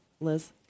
Liz